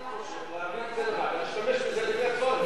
אני חושב שנעביר את זה לוועדה ונשתמש בזה לפי הצורך.